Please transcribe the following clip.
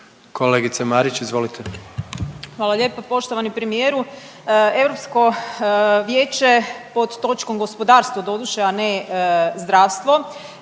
**Marić, Andreja (SDP)** Hvala lijepo. Poštovani premijeru Europsko vijeće pod točkom gospodarstvo doduše, a ne zdravstvo